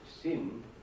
sin